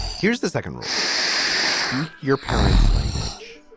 here's the second rule speak your parents language,